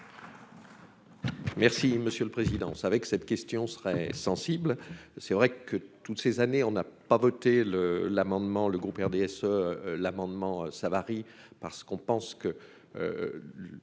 Merci monsieur le Président, on savait que cette question serait sensible, c'est vrai que toutes ces années, on n'a pas voté le l'amendement, le groupe RDSE, l'amendement ça varie parce qu'on pense que